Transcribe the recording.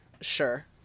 Sure